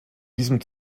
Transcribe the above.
diesem